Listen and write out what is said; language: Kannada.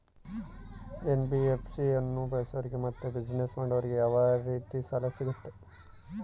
ಎನ್.ಬಿ.ಎಫ್.ಸಿ ಅನ್ನು ಬಳಸೋರಿಗೆ ಮತ್ತೆ ಬಿಸಿನೆಸ್ ಮಾಡೋರಿಗೆ ಯಾವ ರೇತಿ ಸಾಲ ಸಿಗುತ್ತೆ?